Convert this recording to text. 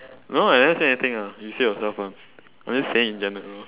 no I never say anything ah you say yourself [one] I'm just saying in general